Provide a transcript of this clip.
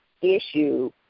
issue